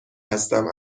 هستم